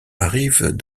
arrivent